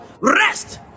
rest